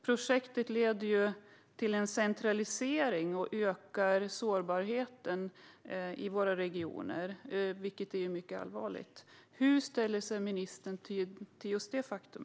Projektet leder till en centralisering och ökar sårbarheten i våra regioner, vilket är mycket allvarligt. Hur ställer sig ministern till detta faktum?